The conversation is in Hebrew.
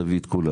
תביא את כולם,